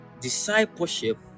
discipleship